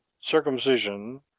circumcision